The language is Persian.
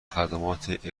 خدمات